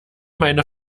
meine